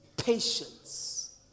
Patience